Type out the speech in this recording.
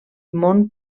mont